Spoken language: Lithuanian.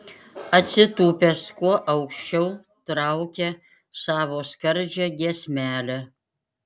atsitūpęs kuo aukščiau traukia savo skardžią giesmelę